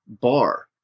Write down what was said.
bar